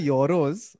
Euros